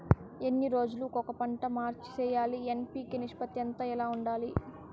ఎన్ని రోజులు కొక పంట మార్చి సేయాలి ఎన్.పి.కె నిష్పత్తి ఎంత ఎలా ఉపయోగించాలి?